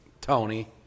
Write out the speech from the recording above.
Tony